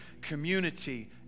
Community